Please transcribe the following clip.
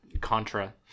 Contra